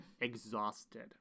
exhausted